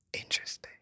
Interesting